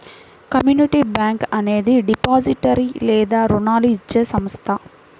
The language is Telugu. కమ్యూనిటీ బ్యాంక్ అనేది డిపాజిటరీ లేదా రుణాలు ఇచ్చే సంస్థ